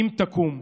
אם תקום: